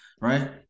right